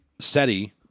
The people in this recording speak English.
SETI